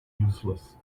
useless